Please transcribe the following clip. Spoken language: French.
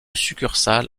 succursale